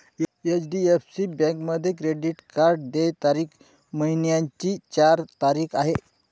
HDFC बँकेमध्ये credit card देय तारीख महिन्याची चार तारीख आहे